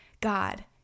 God